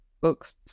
books